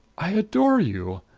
i adore you!